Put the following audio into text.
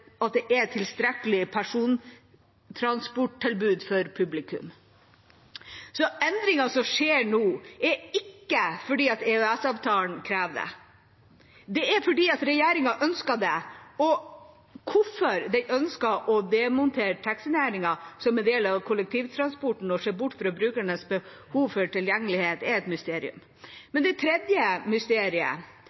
tilstrekkelig persontransporttilbud for publikum. Endringene som skjer nå, er ikke fordi EØS-avtalen krever det, men fordi regjeringa ønsker det. Hvorfor den ønsker å demontere taxinæringen som en del av kollektivtransporten og se bort fra brukernes behov for tilgjengelighet, er et mysterium. Det tredje mysteriet